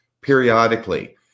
periodically